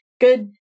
good